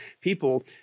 people